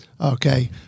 okay